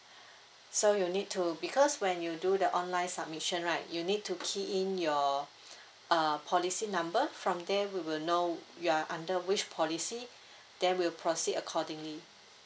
so you need to because when you do the online submission right you need to key in your uh policy number from there we will know you are under which policy then will proceed accordingly